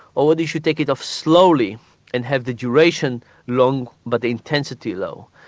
or whether you should take it off slowly and have the duration long but the intensity low.